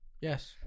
Yes